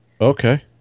Okay